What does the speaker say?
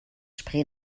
spree